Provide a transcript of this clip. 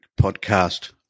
podcast